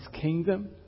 kingdom